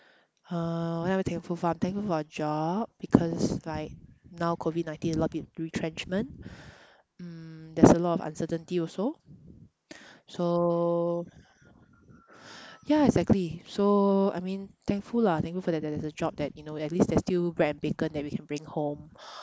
uh what am I thankful for I'm thankful for a job because like now COVID nineteen a lot of peo~ retrenchment mm there's a lot of uncertainty also so ya exactly so I mean thankful lah thankful for that there is a job that you know at least there's still bread and bacon that we can bring home